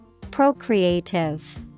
Procreative